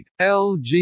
LG